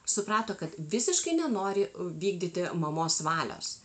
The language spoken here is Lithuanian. suprato kad visiškai nenori vykdyti mamos valios